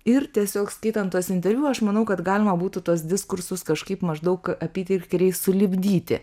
ir tiesiog skaitant tuos interviu aš manau kad galima būtų tuos diskursus kažkaip maždaug apytikriai sulipdyti